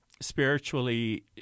spiritually